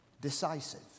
Decisive